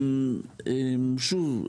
שוב,